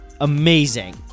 amazing